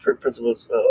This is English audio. principles